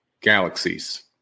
galaxies